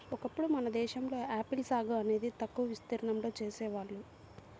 ఒకప్పుడు మన దేశంలో ఆపిల్ సాగు అనేది తక్కువ విస్తీర్ణంలో చేసేవాళ్ళు